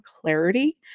clarity